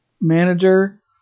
manager